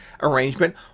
arrangement